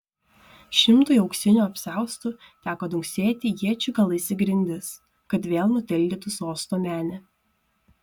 šimtui auksinių apsiaustų teko dunksėti iečių galais į grindis kad vėl nutildytų sosto menę